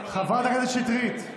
חברת הכנסת שטרית,